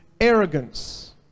arrogance